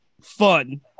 fun